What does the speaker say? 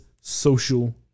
social